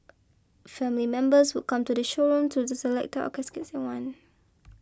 family members would come to the showroom to the select caskets they want